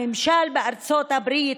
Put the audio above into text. הממשל בארצות הברית,